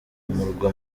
umurwa